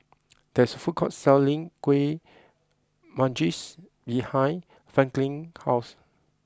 there is a food court selling Kuih Manggis behind Franklin house